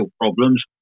problems